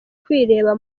kwireba